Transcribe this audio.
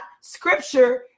scripture